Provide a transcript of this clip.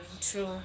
true